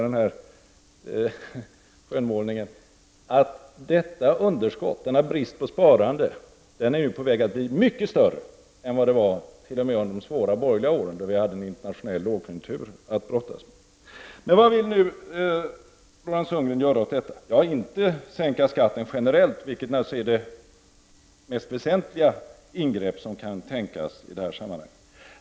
Denna brist på sparande är nu på väg att bli mycket större än vad den var t.o.m. under de svåra borgerliga åren när vi hade en internationell lågkonjunktur att brottas med. Jag vill säga detta för att liksom belysa denna skön målning. Vad vill nu Roland Sundgren göra åt detta? Ja, inte sänka skatten generellt vilket naturligtvis vore det mest väsentliga ingrepp som kunde tänkas i detta sammanhang.